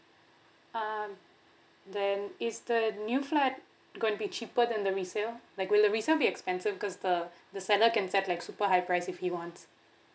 uh then is the new flat going to be cheaper than the resale like will the resale be expensive because the the seller can set like super high price if he wants